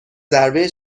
ضربه